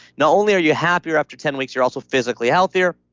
not only are you happier after ten weeks, you're also physically healthier.